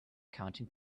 counting